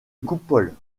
coupole